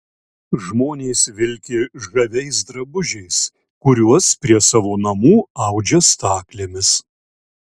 žmonės vilki žaviais drabužiais kuriuos prie savo namų audžia staklėmis